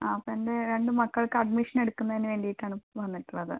ആ അപ്പം എൻ്റെ രണ്ട് മക്കൾക്ക് അഡ്മിഷൻ എടുക്കുന്നതിന് വേണ്ടിയിട്ടാണ് വന്നിട്ടുള്ളത്